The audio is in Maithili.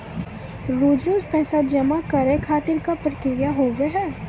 रोज रोज पैसा जमा करे खातिर का प्रक्रिया होव हेय?